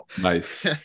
nice